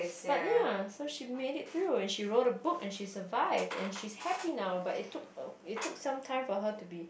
but ya so she made it through and she wrote a book and she survived and she's happy now but it took a~ it took some time for her to be